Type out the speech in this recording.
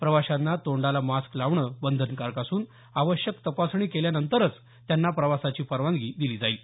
प्रवाशांना तोंडाला मास्क लावणं बंधनकारक असून आवश्यक तपासणी केल्यानंतरच त्यांना प्रवासाची परवानगी दिली जाईल